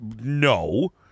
No